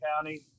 County